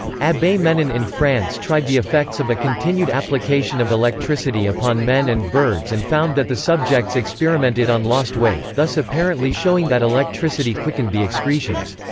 abbe menon and in france tried the effects of a continued application of electricity upon men and birds and found that the subjects experimented on lost weight, thus apparently showing that electricity quickened the excretions.